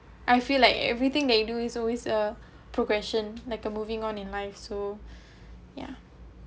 I feel like everything they do is always a progression like a moving on in life so ya